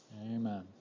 Amen